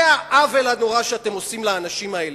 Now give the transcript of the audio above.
זה העוול הנורא שאתם עושים לאנשים האלה.